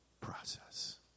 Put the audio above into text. process